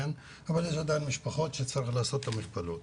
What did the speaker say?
אבל יש עדיין משפחות שצריך לעשות את המכפלות.